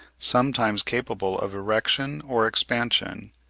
sometimes capable of erection or expansion,